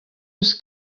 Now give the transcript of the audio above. eus